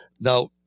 Now